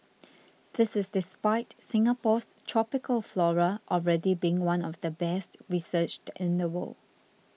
this is the despite Singapore's tropical flora already being one of the best researched in the world